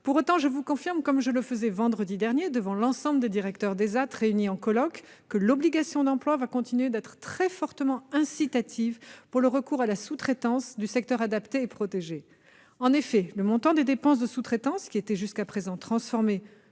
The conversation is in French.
Pour autant, je vous confirme, comme je l'ai fait vendredi dernier devant l'ensemble des directeurs d'ÉSAT réunis en colloque, que l'obligation d'emploi va continuer à être très fortement incitative pour le recours à la sous-traitance du secteur adapté et protégé. En effet, le montant des dépenses de sous-traitance, qui était jusqu'à présent transformé,